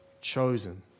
Chosen